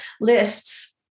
lists